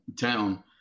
town